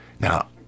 Now